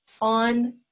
on